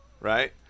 Right